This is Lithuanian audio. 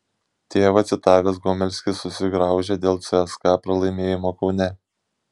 tėvą citavęs gomelskis susigraužė dėl cska pralaimėjimo kaune